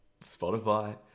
Spotify